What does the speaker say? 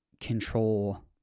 control